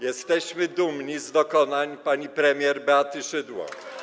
Jesteśmy dumni z dokonań pani premier Beaty Szydło.